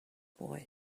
boy